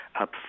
up